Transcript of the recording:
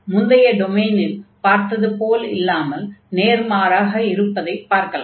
முந்தைய டொமைனில் பார்த்தது போல் இல்லாமல் நேர்மாறாக இருப்பதைப் பார்க்கலாம்